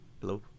hello